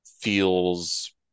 feels